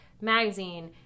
magazine